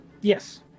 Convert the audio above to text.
yes